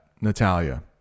natalia